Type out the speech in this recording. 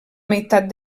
meitat